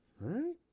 Right